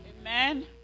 Amen